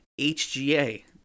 HGA